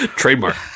trademark